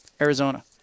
Arizona